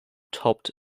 topped